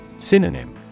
Synonym